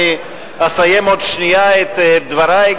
אני אסיים עוד שנייה את דברי,